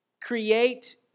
create